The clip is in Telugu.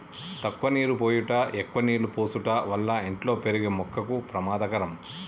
తక్కువ నీరు పోయుట ఎక్కువ నీళ్ళు పోసుట వల్ల ఇంట్లో పెరిగే మొక్కకు పెమాదకరం